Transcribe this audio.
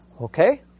okay